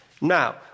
Now